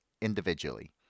individually